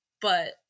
but-